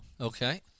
Okay